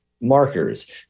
markers